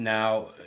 Now